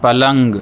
پلنگ